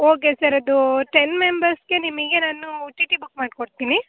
okay sir ಅದು ten ಮೆಂಬರ್ಸ್ಗೆ ನಿಮಗೆ ನಾನು ಟೀ ಟಿ ಬುಕ್ ಮಾಡಿಕೊಡ್ತೀನಿ